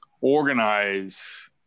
organize